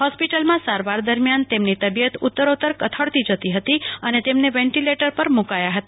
હોસ્પિટલમાં સારવાર દરમિયાન તેમની તબિયત ઉત્તરોત્તર કથળતી જતી હતી અને તેમને વેન્ટિલેટર પર મૂકાયાં હતા